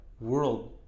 world